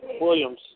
Williams